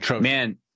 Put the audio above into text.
man